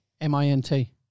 M-I-N-T